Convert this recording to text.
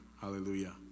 Hallelujah